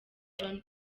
john